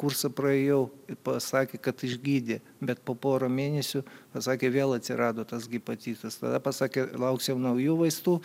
kursą praėjau i pasakė kad išgydė bet po porą mėnesių pasakė vėl atsirado tas gipacitas tada pasakė lauksim naujų vaistų